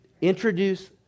Introduce